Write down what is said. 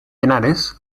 henares